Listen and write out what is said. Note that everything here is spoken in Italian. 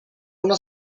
una